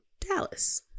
Dallas